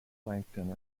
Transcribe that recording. plankton